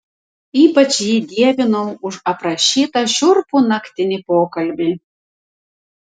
ypač jį dievinau už aprašytą šiurpų naktinį pokalbį